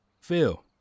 Phil